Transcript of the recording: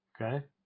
okay